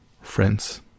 Friends